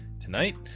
tonight